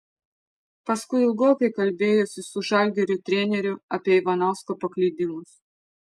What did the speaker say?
paskui ilgokai kalbėjausi su žalgirio treneriu apie ivanausko paklydimus